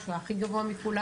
שהוא היה הכי גבוה מכולם,